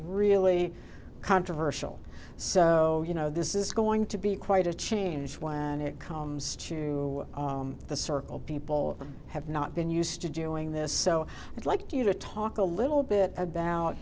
really controversial so you know this is going to be quite a change when it comes to the circle people have not been used to doing this so i'd like you to talk a little bit about